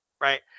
right